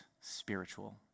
spiritual